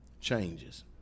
changes